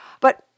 But-